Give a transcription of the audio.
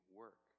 work